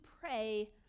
pray